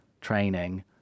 training